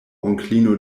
onklino